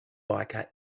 biker